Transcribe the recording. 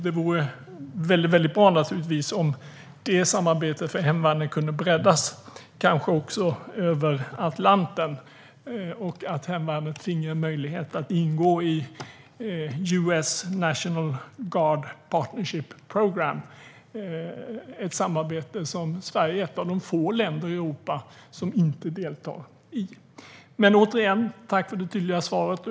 Det vore väldigt bra om det samarbetet för hemvärnet kunde breddas kanske också över Atlanten och att hemvärnet finge möjlighet att ingå i US National Guards State Partnership Program. Sverige är ett av få länder i Europa som inte deltar i det samarbetet. Återigen: Tack för det tydliga svaret!